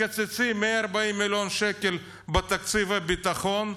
מקצצים 140 מיליון שקל בתקציב הביטחון,